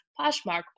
Poshmark